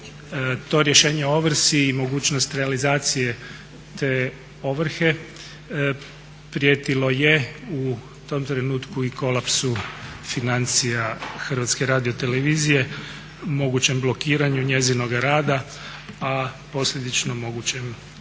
to rješenje o ovrsi i mogućnost realizacije te ovrhe prijetilo je u tom trenutku i kolapsu financija Hrvatske radiotelevizije, mogućem blokiranju njegovoga rada a posljedično mogućem